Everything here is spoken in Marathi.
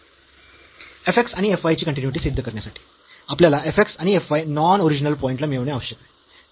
f x आणि f y ची कन्टीन्यूईटी सिद्ध करण्यासाठी आपल्याला f x आणि f y non origin point ला मिळवणे आवश्यक आहे